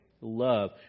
love